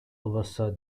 oversaw